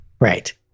right